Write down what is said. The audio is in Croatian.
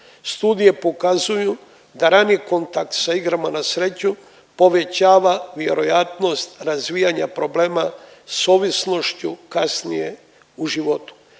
Studije pokazuju da rani kontakt sa igrama na sreću povećava vjerojatnost razvijanja problema sa ovisnošću kasnije u životu.